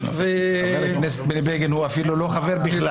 חבר הכנסת בני בגין הוא לא חבר בכלל,